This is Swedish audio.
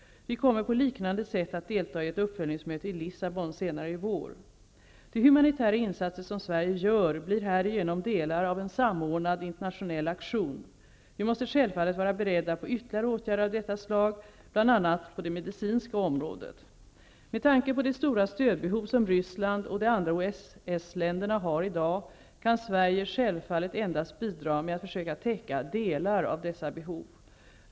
Vi kommer på liknande sätt att deltaga i ett uppföljningsmöte i Lissabon senare i vår. De humanitära insatser som Sverige gör blir härigenom delar av en samordnad internationell aktion. Vi måsta självfallet vara beredda på ytterligare åtgärder av detta slag, bl.a. på det medicinska området. Med tanke på de stora stödbehov som Ryssland och de andra OSS-länderna har i dag, kan Sverige självfallet endast bidra med att försöka täcka delar av dessa behov.